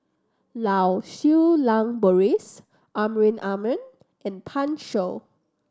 Lau Siew Lang Doris Amrin Amin and Pan Shou